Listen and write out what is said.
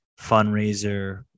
fundraiser